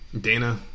Dana